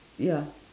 ya